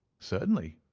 certainly,